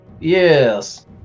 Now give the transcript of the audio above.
Yes